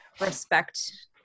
Respect